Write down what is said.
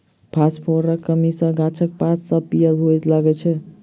फासफोरसक कमी सॅ गाछक पात सभ पीयर हुअ लगैत छै